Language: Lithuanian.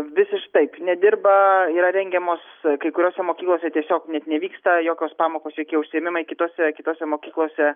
visiš taip nedirba yra rengiamos kai kuriose mokyklose tiesiog net nevyksta jokios pamokos jokie užsiėmimai kitose kitose mokyklose